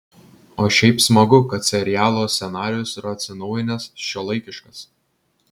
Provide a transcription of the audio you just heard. o šiaip smagu kad serialo scenarijus yra atsinaujinęs šiuolaikiškas